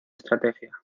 estrategia